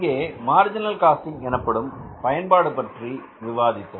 இங்கே marginal costing என்னும் பயன்பாடு பற்றி விவாதித்தோம்